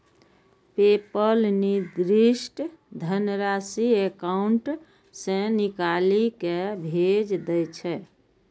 PayPal निर्दिष्ट धनराशि account सं निकालि कें भेज दै छै